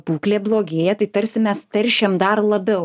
būklė blogėja tai tarsi mes teršiam dar labiau